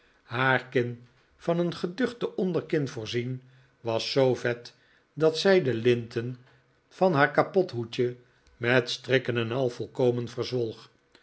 haar kin van een geduchte onderkin voorzien was zoo vet dat zij de linten van haar kapothoedje met strikken en al volkomen verzwolg